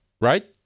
right